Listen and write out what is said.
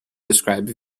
describe